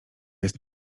jest